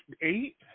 eight